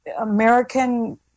American